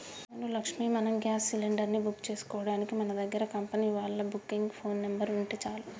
అవును లక్ష్మి మనం gas cylinder ని బుక్ చేసుకోవడానికి మన దగ్గర కంపెనీ వాళ్ళ బుకింగ్ ఫోన్ నెంబర్ ఉంటే చాలు